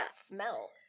smell